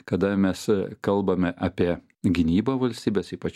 kada mes kalbame apie gynybą valstybės ypač